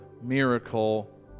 miracle